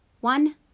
One